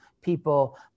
people